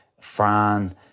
Fran